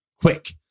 quick